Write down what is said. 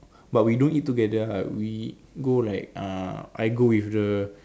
but we don't eat together ah we go like uh I go with the